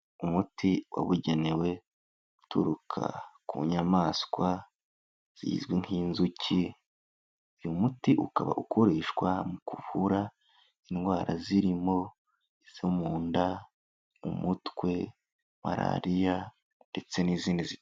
Umuti wabugenewe, uturuka ku nyamaswa zizwi nk'inzuki, uyu muti ukaba ukoreshwa mu ku kuvura indwara zirimo izo mu nda, umutwe, malariya ndetse n'izindi zi.....